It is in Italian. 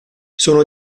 sono